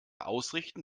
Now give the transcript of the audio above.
ausrichten